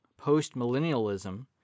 Postmillennialism